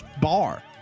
bar